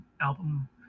album